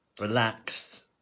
relaxed